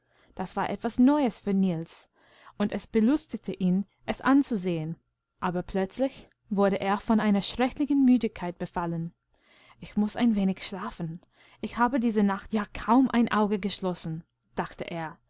das war etwas neues für niels und es belustigte ihn es anzusehen aber plötzlich wurde er von einer schrecklichen müdigkeit befallen ichmußeinwenigschlafen ichhabediesenachtjakaumeinauge geschlossen dachte er